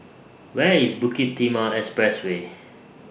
Where IS Bukit Timah Expressway